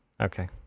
okay